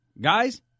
Guys